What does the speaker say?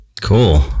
Cool